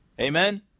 Amen